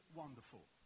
wonderful